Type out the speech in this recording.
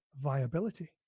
viability